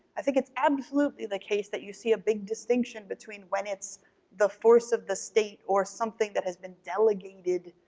i think it's absolutely the case that you see a big distinction between when it's the force of the state or something that has been delegated,